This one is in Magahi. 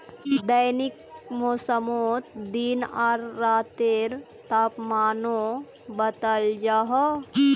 दैनिक मौसमोत दिन आर रातेर तापमानो बताल जाहा